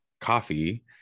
coffee